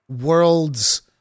world's